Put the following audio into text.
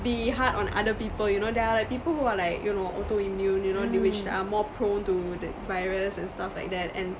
be hard on other people you know there are like people who are like you know auto immune you know which are more prone to the virus and stuff like that and